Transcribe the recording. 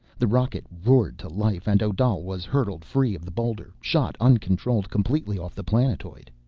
the rocket roared to life and odal was hurtled free of the boulder, shot uncontrolled completely off the planetoid.